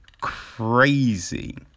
crazy